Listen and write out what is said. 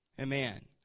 Amen